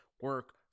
Work